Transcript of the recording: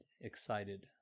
excited